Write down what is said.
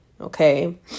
Okay